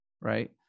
right